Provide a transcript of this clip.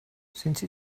since